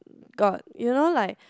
got you know like